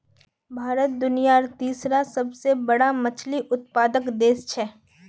भारत दुनियार तीसरा सबसे बड़ा मछली उत्पादक देश छे